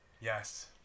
Yes